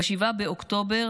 ב-7 באוקטובר